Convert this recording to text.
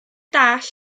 dallt